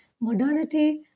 modernity